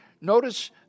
Notice